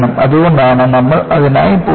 അതുകൊണ്ടാണ് നമ്മൾ അതിനായി പോകുന്നത്